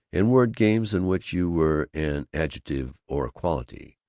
and word-games in which you were an adjective or a quality.